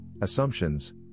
assumptions